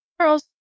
charles